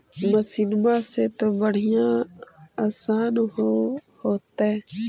मसिनमा से तो बढ़िया आसन हो होतो?